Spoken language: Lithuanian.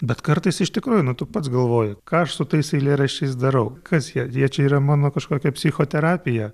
bet kartais iš tikrųjų nu tu pats galvoji ką aš su tais eilėraščiais darau kas ją jie čia yra mano kažkokia psichoterapija